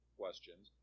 questions